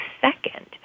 second